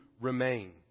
remain